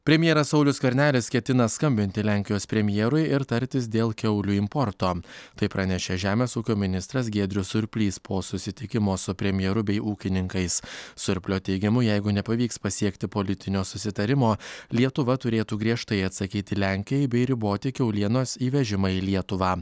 premjeras saulius skvernelis ketina skambinti lenkijos premjerui ir tartis dėl kiaulių importo tai pranešė žemės ūkio ministras giedrius surplys po susitikimo su premjeru bei ūkininkais surplio teigimu jeigu nepavyks pasiekti politinio susitarimo lietuva turėtų griežtai atsakyti lenkijai bei riboti kiaulienos įvežimą į lietuvą